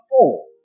four